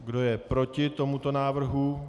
Kdo je proti tomuto návrhu?